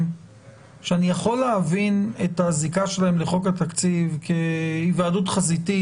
שאני יכול להבין את הזיקה שלהם לחוק התקציב כהיוועדות חזיתית,